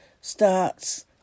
starts